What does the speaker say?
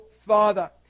father